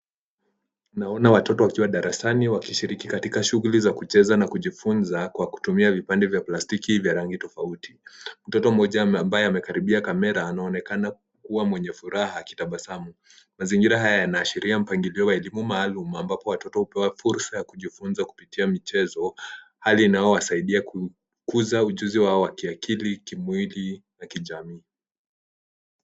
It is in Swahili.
Naona watoto wakiwa darasani wakishiriki katika shuguli za kucheza na kujifunza kwa kutumia vipande vya plastiki vya rangi tofauti. Mtoto mmoja ambaye amekaribia kamera anaonekana kuwa mwenye furaha akitabasamu. Mazingira haya yanaashiria mpangilio wa elimu maalum ambapo watoto hupewa fursa ya kujifunza kupitia michezo, hali inayowasaidia kukuza ujuzi wao wa kiakili, kimwili na kijamii.